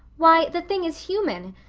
why, the thing is human.